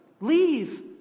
Leave